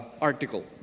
article